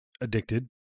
addicted